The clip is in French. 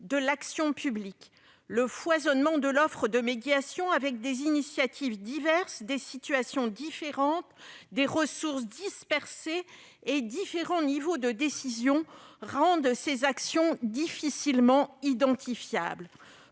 de l'action publique. Le foisonnement de l'offre de médiation, avec des initiatives diverses, des situations différentes, des ressources dispersées et plusieurs niveaux de décisions, rend ces actions difficilement identifiables.